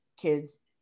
kids